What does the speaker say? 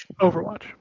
Overwatch